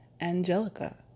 Angelica